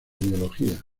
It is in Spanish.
biología